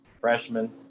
freshman